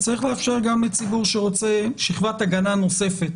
צריך לאפשר גם לציבור שרוצה שכבת הגנה נוספת